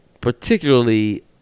particularly